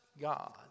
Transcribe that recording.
God